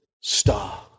star